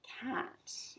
cat